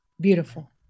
Beautiful